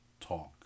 Talk